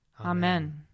Amen